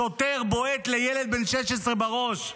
שוטר בועט לילד בן 16 בראש -- בפנים.